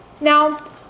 Now